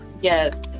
Yes